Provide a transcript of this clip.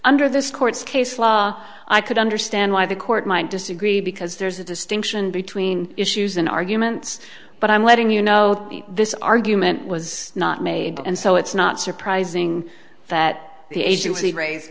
under this court's case law i could understand why the court might disagree because there's a distinction between issues and arguments but i'm letting you know that this argument was not made and so it's not surprising that